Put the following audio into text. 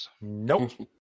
Nope